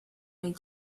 may